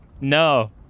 No